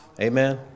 Amen